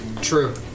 True